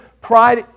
pride